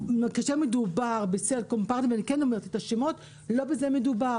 כאשר מדובר בסלקום או פרטנר ואני כן אומרת את השמות לא בזה מדובר,